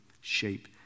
shape